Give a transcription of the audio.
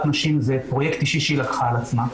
נשים זה פרויקט אישי שהיא לקחה על עצמה,